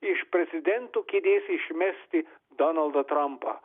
iš prezidento kėdės išmesti donaldą trampą